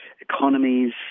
economies